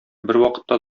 бервакытта